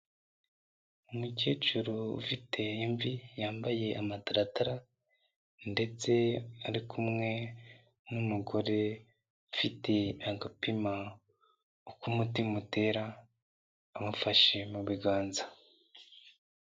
Umukecuru ufite imvi yambaye amataratara, ndetse ari kumwe n'umugore, ufite agapima uko umutima utera amufashe mu biganza.